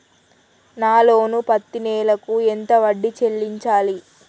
నా లోను పత్తి నెల కు ఎంత వడ్డీ చెల్లించాలి?